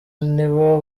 nibo